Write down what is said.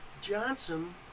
Johnson